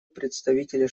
представителя